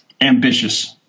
Ambitious